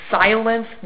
silence